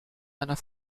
einer